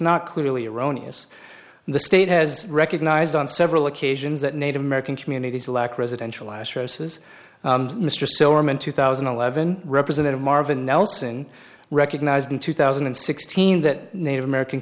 not clearly erroneous the state has recognized on several occasions that native american communities lack residential asher says mr silverman two thousand and eleven representative marvin nelson recognized in two thousand and sixteen that native american